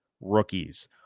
rookies